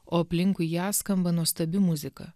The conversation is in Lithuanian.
o aplinkui ją skamba nuostabi muzika